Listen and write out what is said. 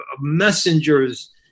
messengers